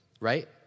Right